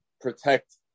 protect